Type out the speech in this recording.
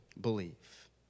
believe